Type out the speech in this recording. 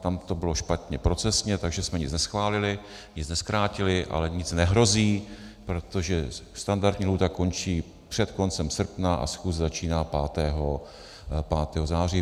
Tam to bylo špatně procesně, takže jsme nic neschválili, nic nezkrátili, ale nic nehrozí, protože standardní lhůta končí před koncem srpna a schůze začíná 5. září.